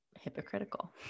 hypocritical